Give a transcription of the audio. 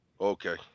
Okay